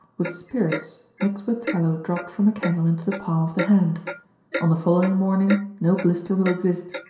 with spirits mixed with tallow dropped from a candle into the palm of the hand on the following morning no blister will exist.